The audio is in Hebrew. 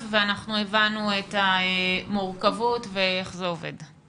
ואנחנו הבנו את המורכבות ואיך זה עובד.